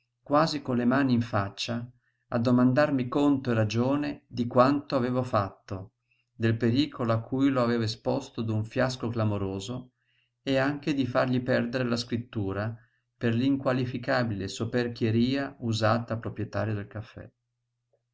quasi con le mani in faccia a domandarmi conto e ragione di quanto avevo fatto del pericolo a cui lo avevo esposto d'un fiasco clamoroso e anche di fargli perdere la scrittura per l'inqualificabile soperchieria usata al proprietario del caffè